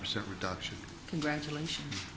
percent reduction congratulations